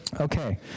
Okay